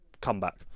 comeback